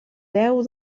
deu